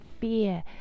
fear